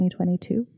2022